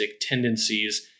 tendencies